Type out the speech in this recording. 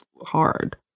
hard